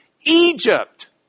Egypt